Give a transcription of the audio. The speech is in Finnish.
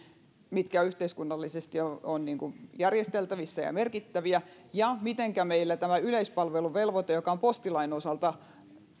mitkä yhteiskunnallisesti ovat järjesteltävissä ja merkittäviä ja mitenkä meillä tämä yleispalveluvelvoite joka on postilain osalta